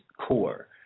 core